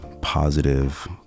positive